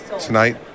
tonight